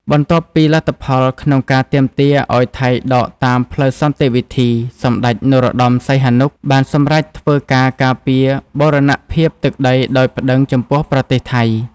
បន្ទាប់ពីលទ្ធផលក្នុងការទាមទារឱ្យថៃដកតាមផ្លូវសន្ដិវិធី សម្ដេច នរោត្តម សីហនុ បានសម្រេចធ្វើការការពារបូរណភាពទឹកដីដោយប្ដឹងចំពោះប្រទេសថៃ។